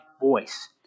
voice